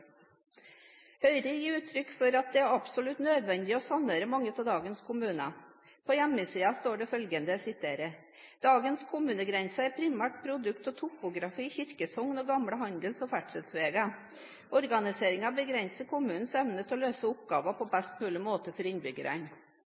Høyre gir uttrykk for at det er absolutt nødvendig å sanere mange av dagens kommuner. På hjemmesiden står det følgende: «Dagens kommunegrenser er primært produkter av topografi, kirkesogn og gamle handels- og ferdselsveier. Dagens organisering begrenser kommunenes evne til å løse oppgaver på best mulig måte for innbyggerne.»